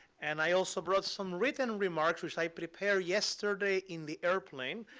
and i also brought some written remarks, which i prepared yesterday in the airplane.